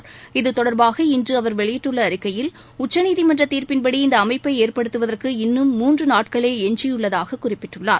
தீர்ப்பின்படி இதுதொடர்பாக இன்று அவர் வெளியிட்டுள்ள அறிக்கையில் உச்சநீதிமன்ற இந்த அமைப்பை ஏற்படுத்துவதற்கு இன்னும் மூன்று நாட்களே எஞ்சியுள்ளதாக குறிப்பிட்டுள்ளார்